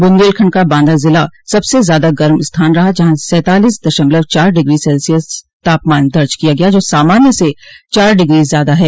बुन्देलखंड का बांदा जिला सबसे ज्यादा गर्म स्थान रहा जहां सैंतालीस दशमलव चार डिग्री सेल्सियस तापमान दर्ज किया गया जो सामान्य से चार डिग्री ज्यादा है